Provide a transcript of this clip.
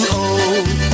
old